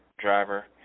driver